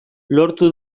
lortu